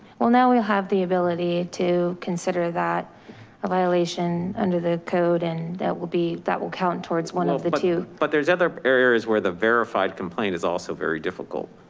well now we'll have the ability to consider that a violation under the code. and that will be, that will count towards one of the two. yeah, but there's other areas where the verified complaint is also very difficult.